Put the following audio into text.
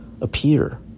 appear